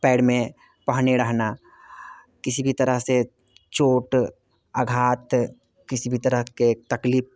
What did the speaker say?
पैर में पहने रहना किसी भी तरह से चोट आघात किसी भी तरह के तकलीफ़